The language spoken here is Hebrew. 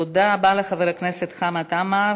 תודה רבה לחבר הכנסת חמד עמאר.